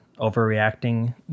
overreacting